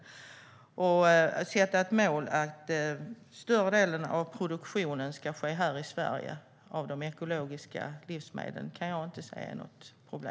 Jag ser inget problem i att sätta som mål att större delen av produktionen av de ekologiska livsmedlen ska ske i Sverige.